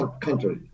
country